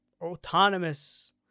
autonomous